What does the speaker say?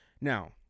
Now